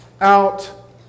out